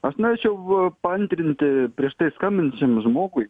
aš norėčiau paantrinti prieš tai skambinančiam žmogui